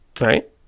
right